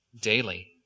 daily